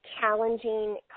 challenging